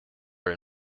are